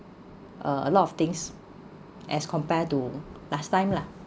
uh a lot of things as compared to last time lah